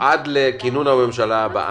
עד כינון הממשלה הבאה.